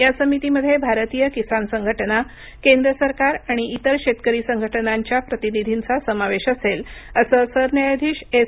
या समितीमध्ये भारतीय किसान संघटना केंद्र सरकार आणि इतर शेतकरी संघटनांच्या प्रतिनिधींचा समावेश असेल असं सरन्यायाधीश एस